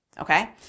okay